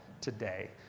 today